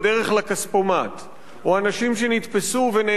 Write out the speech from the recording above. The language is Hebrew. או אנשים שנתפסו ונעצרו לפני שהם היו יכולים